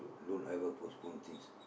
don't ever postpone things